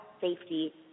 safety